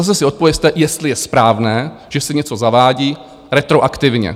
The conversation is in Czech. Zase si odpovězte, jestli je správné, že se něco zavádí retroaktivně.